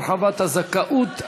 הרחבת הזכאות),